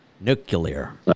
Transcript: Nuclear